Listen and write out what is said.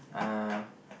uh